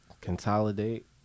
Consolidate